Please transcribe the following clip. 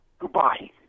Goodbye